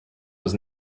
was